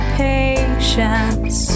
patience